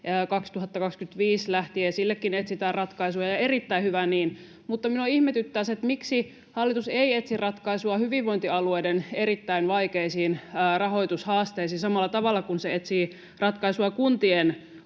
2025 lähtien sillekin etsitään ratkaisua — erittäin hyvä niin. Mutta minua ihmetyttää se, miksi hallitus ei etsi ratkaisua hyvinvointialueiden erittäin vaikeisiin rahoitushaasteisiin samalla tavalla kuin se etsii ratkaisua kuntien